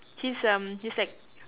he's um he's like